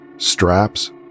straps